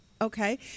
okay